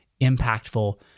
impactful